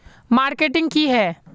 Marketing की है?